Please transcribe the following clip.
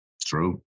True